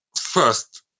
first